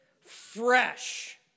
fresh